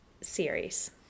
series